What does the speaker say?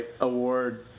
award